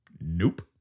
Nope